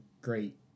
great